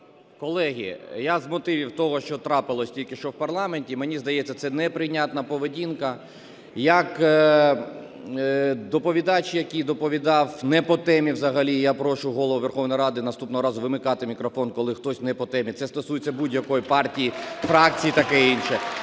Колеги, я з мотивів того, що трапилося тільки що в парламенті. Мені здається, це неприйнятна поведінка як доповідача, який доповідав не по темі взагалі, я прошу Голову Верховної Ради наступного разу вимикати мікрофон, коли хтось не по темі. Це стосується будь-якої партії, фракції, таке інше,